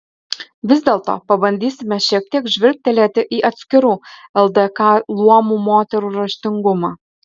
vis dėlto pabandysime šiek tiek žvilgtelėti į atskirų ldk luomų moterų raštingumą